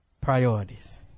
priorities